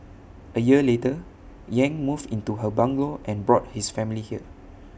A year later yang moved into her bungalow and brought his family here